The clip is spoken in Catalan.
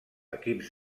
equips